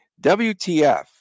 WTF